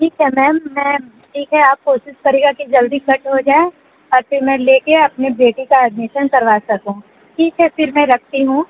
ठीक है मैम मैं ठीक है आप कोशिश करिएगा कि जल्दी कट हो जाए और फिर मैं लेके अपनी बेटी का एडमिशन करवा सकूँ ठीक है फिर मैं रखती हूँ